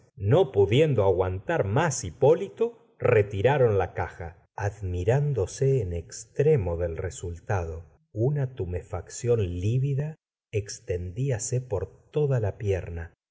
no pudiendo aguantar más hipólito retiraron la caja admirándose en extremo del resultado una tumefacdón lívida extendiase por toda la pierna